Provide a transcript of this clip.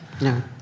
No